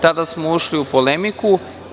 Tada smo ušli u polemiku.